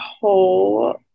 whole